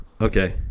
Okay